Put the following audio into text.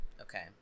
Okay